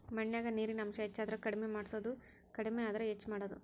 ಮಣ್ಣಿನ್ಯಾಗ ನೇರಿನ ಅಂಶ ಹೆಚಾದರ ಕಡಮಿ ಮಾಡುದು ಕಡಮಿ ಆದ್ರ ಹೆಚ್ಚ ಮಾಡುದು